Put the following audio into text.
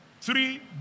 Three